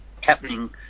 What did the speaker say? happening